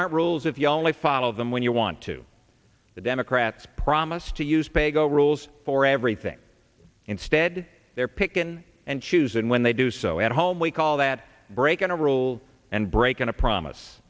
aren't rules if you only follow them when you want to the democrats promise to use paygo rules for everything instead they're picking and choose and when they do so at home we call that breaking a rule and breaking a promise